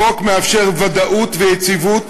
החוק מאפשר ודאות ויציבות,